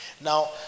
now